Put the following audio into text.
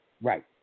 Right